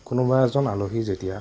কোনোবা এজন আলহী যেতিয়া